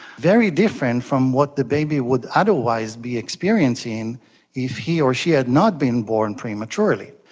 very different from what the baby would otherwise be experiencing if he or she had not been born prematurely.